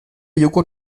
joghurt